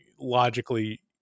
logically